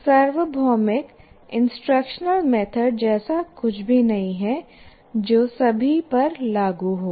एक सार्वभौमिक instructional method जैसा कुछ भी नहीं है जो सभी पर लागू हो